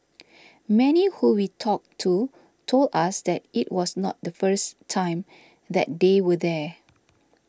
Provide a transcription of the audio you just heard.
many who we talked to told us that it was not the first time that they were there